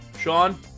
Sean